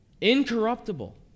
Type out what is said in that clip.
Incorruptible